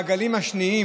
והגלים השניים,